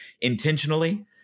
intentionally